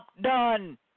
done